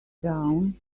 down